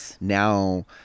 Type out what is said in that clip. now